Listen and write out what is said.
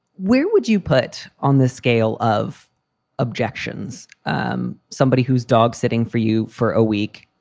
where would you put on the scale of objections, um somebody who's dog sitting for you for a week,